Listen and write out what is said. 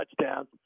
touchdowns